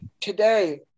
today